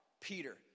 Peter